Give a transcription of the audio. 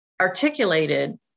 articulated